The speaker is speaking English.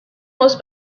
was